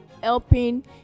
helping